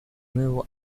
nuevo